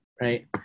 right